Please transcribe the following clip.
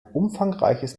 umfangreiches